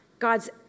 God's